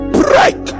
break